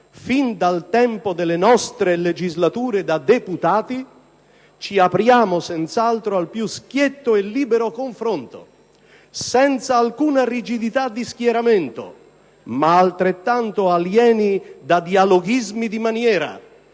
fin dal tempo delle nostre legislature da deputati, ci apriamo al più schietto e libero confronto, senza alcuna rigidità di schieramento ma altrettanto alieni da dialoghismi di maniera,